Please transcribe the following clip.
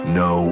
no